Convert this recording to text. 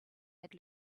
had